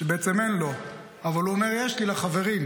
שבעצם אין לו, אבל הוא אומר "יש לי" לחברים.